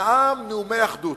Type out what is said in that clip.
ונאם נאומי אחדות,